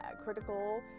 critical